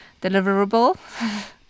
deliverable